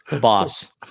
boss